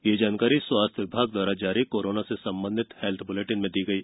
यह जानकारी स्वास्थ्य विभाग द्वारा जारी कोरोना से संबंधित हेल्थ बुलेटिन में दी गई